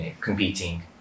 competing